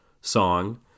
song